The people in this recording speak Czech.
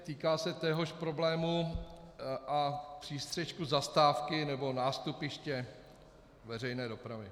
Týká se téhož problému a přístřešku zastávky nebo nástupiště veřejné dopravy.